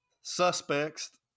suspects